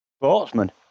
sportsman